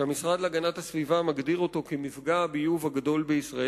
שהמשרד להגנת הסביבה מגדיר אותו כמפגע הביוב הגדול בישראל.